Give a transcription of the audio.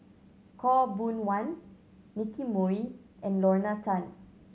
Khaw Boon Wan Nicky Moey and Lorna Tan